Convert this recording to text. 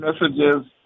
messages